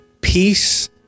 Peace